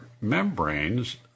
membranes